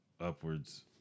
upwards